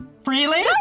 freely